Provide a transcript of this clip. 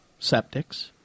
septics